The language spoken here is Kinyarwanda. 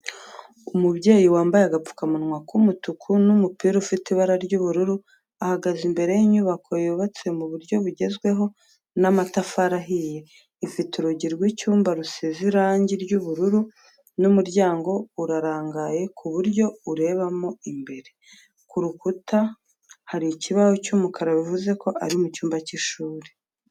Umubyeyi wambaye agapfukamunwa k'umutuku n'umupira ufite ibara ry'ubururu ahagaze imbere y'inyubako yubatse mu buryo bugezweho n'amatafari ahiye ifite urugi rw'icyuma rusize irangi ry'ubururu, umuryango urarangaye ku buryo urebamo imbere, ku rukuta hari ikibaho cy'umukara bivuze ko ari mu cyumba cy'ishuri.